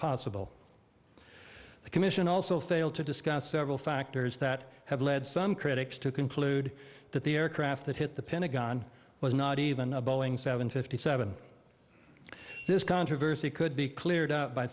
possible the commission also failed to discuss several factors that have led some critics to conclude that the aircraft that hit the pentagon was not even a boeing seven fifty seven this controversy could be cleared up by